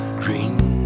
green